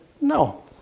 no